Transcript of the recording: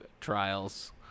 trials